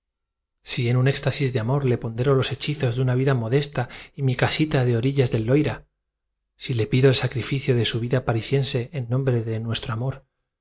cuaderna semana un éxtasis de amor le pondero los hechizos de una vida modesta y n casita de orillas del loira si le pido el sacrificio de su vida parisien precio del cuaderno cts i se en nombre de nuestro amor